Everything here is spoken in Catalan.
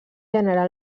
generar